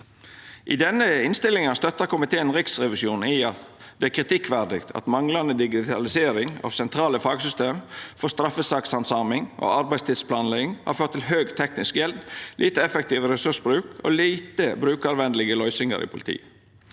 I denne tilrådinga støttar komiteen Riksrevisjonen i at det er kritikkverdig at manglande digitalisering av sentrale fagsystem for straffesakshandsaming og arbeidstidsplanlegging har ført til høg teknisk gjeld, lite effektiv ressursbruk og lite brukarvenlege løysingar i politiet.